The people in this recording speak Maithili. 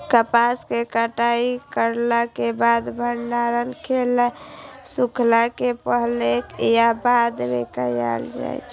कपास के कटाई करला के बाद भंडारण सुखेला के पहले या बाद में कायल जाय छै?